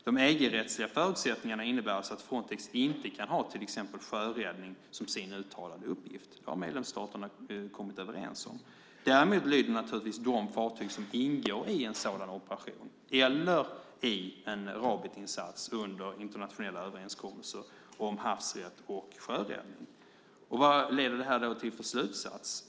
De EG-rättsliga förutsättningarna innebär alltså att Frontex inte kan ha exempelvis sjöräddning som sin uttalade uppgift. Det har medlemsstaterna kommit överens om. Däremot lyder naturligtvis de fartyg som ingår i en sådan operation eller i en Rabitinsats under internationella överenskommelser om havsrätt och sjöräddning. Vilken slutsats leder då detta till?